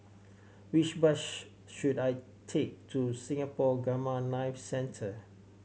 which bus should I take to Singapore Gamma Knife Centre